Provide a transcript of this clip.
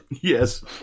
Yes